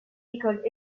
écoles